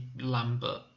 Lambert